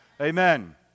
Amen